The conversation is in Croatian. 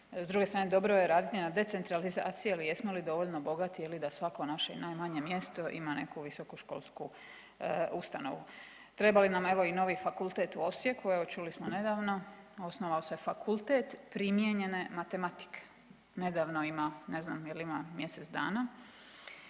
s druge strane dobro je raditi na decentralizaciji i jesmo li dovoljno bogati je li da svako naše i najmanje mjesto ima neku visokoškolsku ustanovu? Treba li nam evo i novi fakultet u Osijeku, evo čuli smo nedavno osnovao se Fakultet primijenjene matematike, nedavno ima, ne znam jel ima mjesec dana,